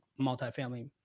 multifamily